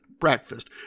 breakfast